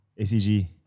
ACG